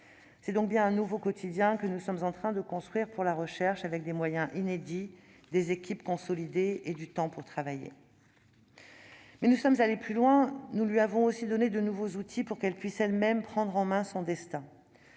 C'est donc bien un nouveau quotidien que nous sommes en train de construire pour la recherche, avec des moyens inédits, des équipes consolidées et du temps pour travailler. Mais nous sommes allés plus loin : nous avons aussi donné à la recherche de nouveaux outils pour qu'elle puisse elle-même prendre en main son destin